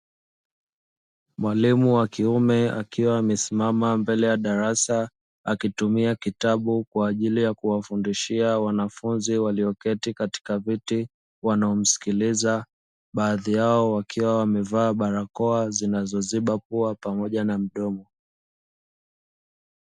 Mwalimu wa kiume akiwa amesimama mbele ya darasa akitumia kitabu kwa ajili ya kuwafundishia wanafunzi walioketi katika viti wanaomsikiliza, baadhi yao wakiwa wamevaa barakoa zinazoziba pua pamoja na mdomo.